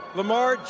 Lamar